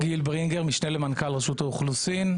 אני משנה למנכ"ל רשות האוכלוסין.